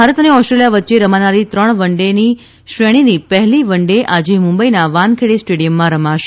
ભારત અને ઓસ્ટ્રેલિયા વચ્ચે રમાનારી ત્રણ વન ડે શ્રેણીની પહેલી વન ડે આજે મુંબઇના વાનખેડે સ્ટેડિયમમાં રમાશે